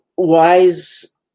wise